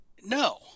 No